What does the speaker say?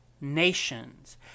nations